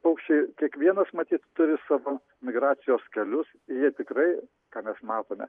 paukščiai kiekvienas matyt turi savo migracijos kelius jie tikrai ką mes matome